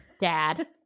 dad